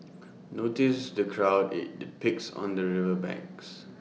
notice the crowd IT depicts on the river banks